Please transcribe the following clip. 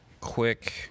quick